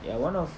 ya one of